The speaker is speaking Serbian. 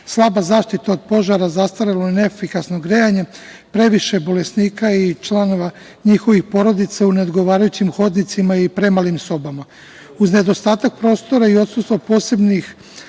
slaba zaštita od požara, zastarelo i neefikasno grejanje, previše bolesnika i članova njihovih porodica u neodgovarajućim hodnicima i premalim sobama. Uz nedostatak prostora i odsustva posebnih